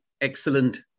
excellent